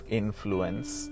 influence